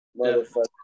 motherfucker